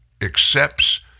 accepts